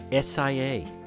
SIA